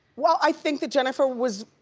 well i think that jennifer was